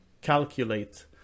calculate